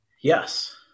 Yes